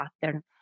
pattern